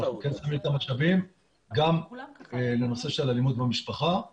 גם לנושא של אלימות במשפחה,